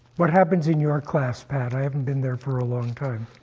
what happens in your class, pat? i haven't been there for a long time.